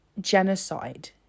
genocide